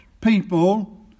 people